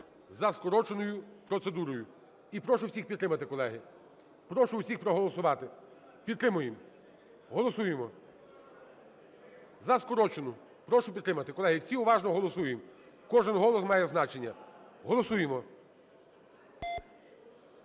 за скороченою процедурою. І прошу усіх підтримати, колеги. Прошу усіх проголосувати. Підтримуємо, голосуємо за скорочену. Прошу підтримати, колеги. Всі уважно голосуємо. Кожен голос має значення. Голосуємо.